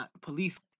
police